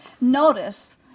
Notice